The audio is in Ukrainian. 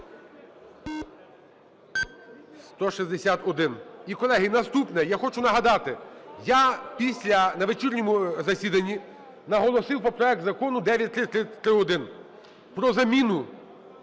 За-161 І, колеги, наступне. Я хочу нагадати, я на вечірньому засіданні наголосив про проект Закону 9331 про заміну